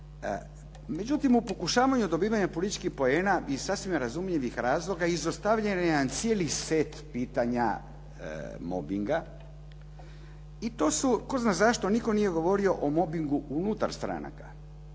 Međutim, u pokušavanju dobivanja političkih poena iz sasvim razumljivih razloga izostavljen je jedan cijeli set pitanja mobinga i to su, tko zna zašto, nitko nije govorio o mobingu unutar stranaka